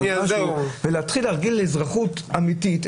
תתחילו להרגיל לאזרחות אמיתית,